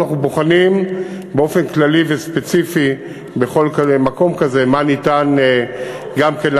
אנחנו בוחנים באופן כללי וספציפי בכל מקום כזה מה ניתן לעשות.